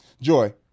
Joy